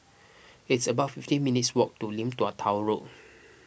it's about fifteen minutes' walk to Lim Tua Tow Road